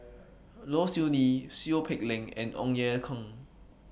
Low Siew Nghee Seow Peck Leng and Ong Ye Kung